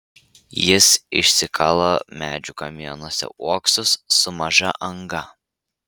jis išsikala medžių kamienuose uoksus su maža anga